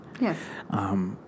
Yes